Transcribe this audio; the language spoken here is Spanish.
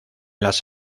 las